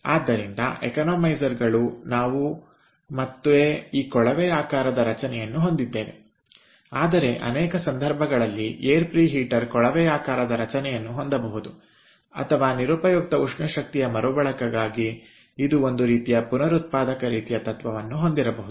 ಆದ್ದರಿಂದ ಎಕಾನಮೈಸರ್ಗಳು ನಾವು ಮತ್ತೆ ಈ ಕೊಳವೆಯಾಕಾರದ ರಚನೆಯನ್ನು ಹೊಂದಿದ್ದೇವೆ ಆದರೆ ಅನೇಕ ಸಂದರ್ಭಗಳಲ್ಲಿ ಏರ್ ಪ್ರಿಹೀಟರ್ ಕೊಳವೆಯಾಕಾರದ ರಚನೆಯನ್ನು ಹೊಂದಬಹುದು ಅಥವಾ ನಿರುಪಯುಕ್ತ ಉಷ್ಣ ಶಕ್ತಿಯ ಮರುಬಳಕೆಗಾಗಿ ಇದು ಒಂದು ರೀತಿಯ ಪುನರುತ್ಪಾದಕ ರೀತಿಯ ತತ್ವವನ್ನು ಹೊಂದಿರಬಹುದು